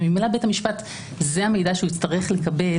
וממילא זה המידע שבית המשפט יצטרך לקבל